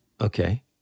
Okay